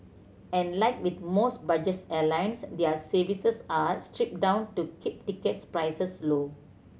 and like with most budgets airlines their services are stripped down to keep tickets prices low